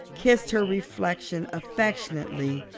kissed her reflection affectionately,